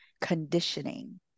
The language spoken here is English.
conditioning